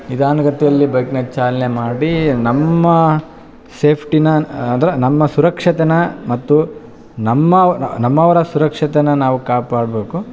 ನಿಧಾನಗತಿಯಲ್ಲಿ ಬೈಕ್ನ ಚಾಲನೆ ಮಾಡಿ ನಮ್ಮ ಸೇಫ್ಟಿನ ಅಂದ್ರೆ ನಮ್ಮ ಸುರಕ್ಷತೆ ಮತ್ತು ನಮ್ಮ ನಮ್ಮವರ ಸುರಕ್ಷತೆ ನಾವು ಕಾಪಾಡಬೇಕು